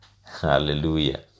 Hallelujah